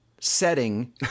setting